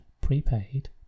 prepaid